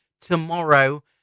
tomorrow